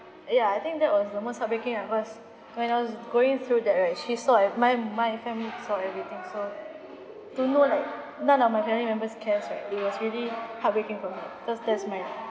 ya I think that was the most heartbreaking ah cause when I was going through that right she saw and my my family saw everything so don't know leh none of my family members cares right it was really heartbreaking for me cause that's my